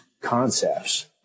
concepts